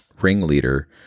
ringleader